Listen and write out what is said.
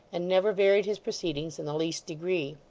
and never varied his proceedings in the least degree.